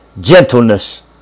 gentleness